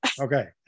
Okay